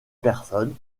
personnes